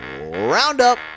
roundup